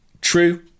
True